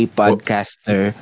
podcaster